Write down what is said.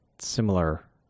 similar